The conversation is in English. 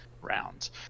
rounds